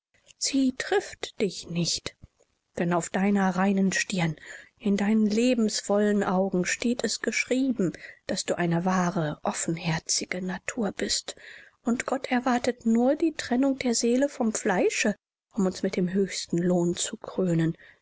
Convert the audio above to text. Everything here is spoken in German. sie trifft dich nicht denn auf deiner reinen stirn in deinen lebensvollen augen steht es geschrieben daß du eine wahre offenherzige natur bist und gott erwartet nur die trennung der seele vom fleische um uns mit dem höchsten lohn zu krönen